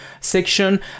section